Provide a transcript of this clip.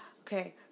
okay